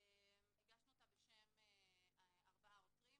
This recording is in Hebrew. הגשנו אותה בשם ארבעה עותרים,